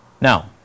Now